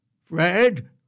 Fred